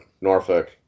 Norfolk